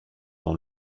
dans